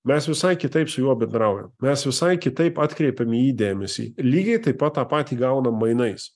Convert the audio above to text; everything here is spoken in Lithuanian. mes visai kitaip su juo bendraujam mes visai kitaip atkreipiam į jį dėmesį lygiai taip pat tą patį gaunam mainais